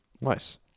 nice